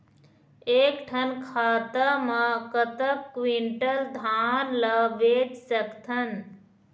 एक ठन खाता मा कतक क्विंटल धान ला बेच सकथन?